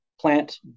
plant